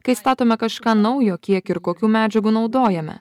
kai statome kažką naujo kiek ir kokių medžiagų naudojame